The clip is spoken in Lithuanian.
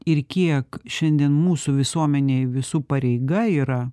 ir kiek šiandien mūsų visuomenėje visų pareiga yra